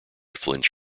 flinch